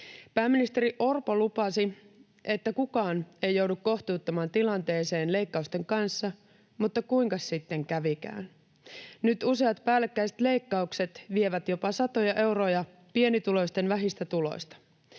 Pääministeri Orpo lupasi, että kukaan ei joudu kohtuuttomaan tilanteeseen leikkausten kanssa, mutta kuinkas sitten kävikään? Nyt useat päällekkäiset leikkaukset vievät jopa satoja euroja pienituloisten vähistä tuloista.